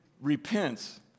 repents